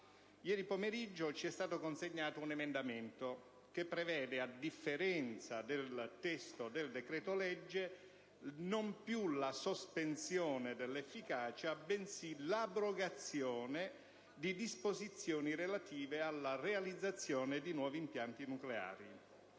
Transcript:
Ieri pomeriggio ci è stato consegnato un emendamento che prevede, a differenza del testo del decreto-legge, non più la sospensione dell'efficacia, bensì l'abrogazione di disposizioni relative alla realizzazione di nuovi impianti nucleari.